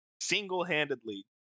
single-handedly